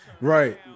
Right